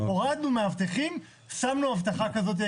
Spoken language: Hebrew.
הורדנו מאבטחים ושמנו אבטחה כזאת.